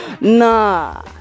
nah